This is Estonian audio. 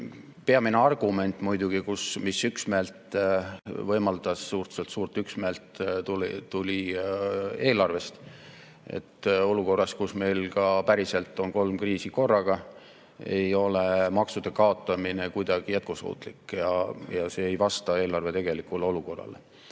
Peamine argument muidugi, mis üksmeelele viis – suhteliselt suurele üksmeelele –, tuli eelarvest. Olukorras, kus meil päriselt on kolm kriisi korraga, ei ole maksude kaotamine kuidagi jätkusuutlik. See ei vasta eelarve tegelikule olukorrale.